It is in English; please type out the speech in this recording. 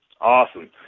Awesome